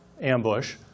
ambush